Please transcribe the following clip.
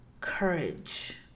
courage